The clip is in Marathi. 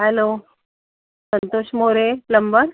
hello Santosh More plumber